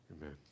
Amen